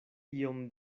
iom